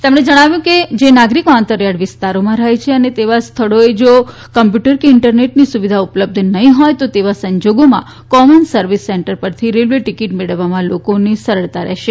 તેમણે જણાવ્યું હતું કે જે નાગરિકો અંતરીયાળ વિસ્તારોમાં રહે છે અને એવા સ્થળોએ જો કોમ્પ્યુટર કે ઈન્ટરનેટની સુવિધા ઉપલબ્ધ નહીં હોય તો તેવા સંજોગોમાં કોમન સર્વિસ સેન્ટર પરથી રેલવે ટિકિટ મેળવવામાં લોકોને સરળતા રહેશે